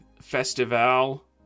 festival